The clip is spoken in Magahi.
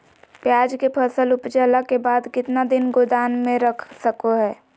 प्याज के फसल उपजला के बाद कितना दिन गोदाम में रख सको हय?